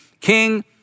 King